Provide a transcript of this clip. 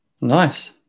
Nice